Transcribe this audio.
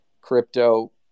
crypto